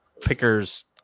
pickers